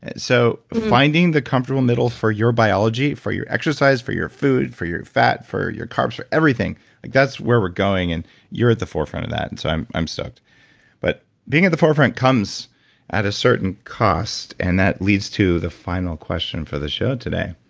so finding the comfortable middle for your biology, for your exercise, for your food, for your fat, for your carbs, for everything like that's where we're going and you're at the forefront of that. and so i'm i'm soaked but being at the forefront comes at a certain cost, and that leads to the final question for the show today.